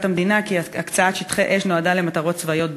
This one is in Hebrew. המדינה שהקצאת שטחי אש נועדה למטרות צבאיות בלבד?